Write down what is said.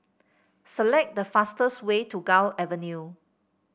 select the fastest way to Gul Avenue